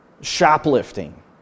shoplifting